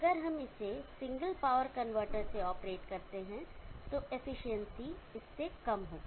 अगर हम इसे सिंगल पॉवर कन्वर्टर से ऑपरेट करते हैं तो एफिशिएंसी इससे कम होगी